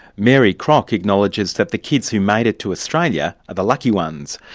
mary crock acknowledges that the kids who made it to australia are the lucky ones.